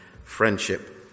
friendship